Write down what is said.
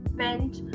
bench